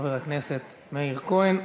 חבר הכנסת מאיר כהן,